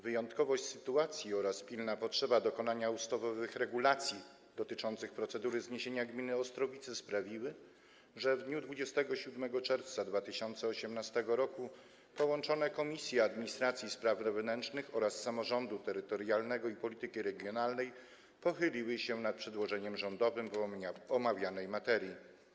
Wyjątkowość sytuacji oraz pilna potrzeba przyjęcia ustawowych regulacji dotyczących procedury zniesienia gminy Ostrowice sprawiły, że w dniu 27 czerwca 2018 r. połączone Komisje: Administracji i Spraw Wewnętrznych oraz Samorządu Terytorialnego i Polityki Regionalnej pochyliły się nad przedłożeniem rządowym w sprawie omawianej materii.